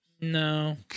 No